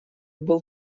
был